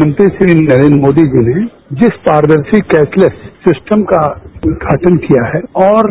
प्रधानमंत्री श्री नरेन्द्र मोदी जी ने जिस पारदर्शी फेशलेस सिस्टम का उद्घाटन किया है और